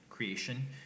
creation